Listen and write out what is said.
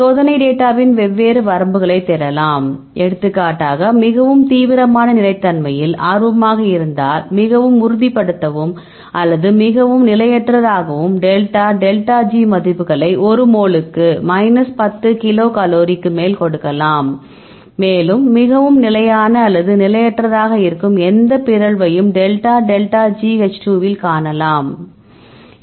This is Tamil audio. சோதனைத் டேட்டாவின் வெவ்வேறு வரம்புகளை தேடலாம் எடுத்துக்காட்டாக மிகவும் தீவிரமான நிலைத்தன்மையில் ஆர்வமாக இருந்தால் மிகவும் உறுதிப்படுத்தவும் அல்லது மிகவும் நிலையற்ற தாக்கவும் டெல்டா டெல்டா G மதிப்புகளை ஒரு மோலுக்கு மைனஸ் 10 கிலோ கலோரிக்கு மேல் கொடுக்கலாம் மேலும் மிகவும் நிலையான அல்லது நிலையற்றதாக இருக்கும் எந்த பிறழ்வையும் delta delta G H 2 O வில் காணலாம்